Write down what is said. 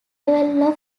level